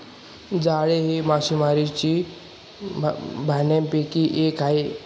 जाळे हे मासेमारीच्या भांडयापैकी एक आहे